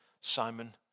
Simon